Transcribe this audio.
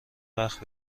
وقت